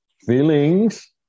feelings